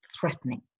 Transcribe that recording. threatening